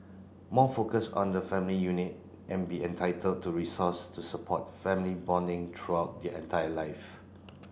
more focus on the family unit and be entitled to resource to support family bonding throughout their entire life